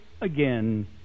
again